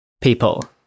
people